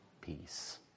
peace